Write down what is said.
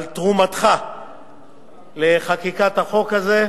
על תרומתך לחקיקת החוק הזה,